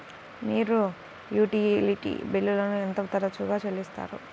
మీరు యుటిలిటీ బిల్లులను ఎంత తరచుగా చెల్లిస్తారు?